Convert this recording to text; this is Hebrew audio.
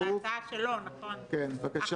הבקשה